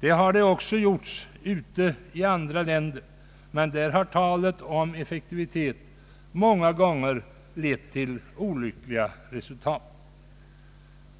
Det har man också gjort i andra länder. Men där har talet om effektivitet många gånger lett till olyckliga resultat.